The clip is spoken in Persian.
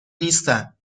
نیستن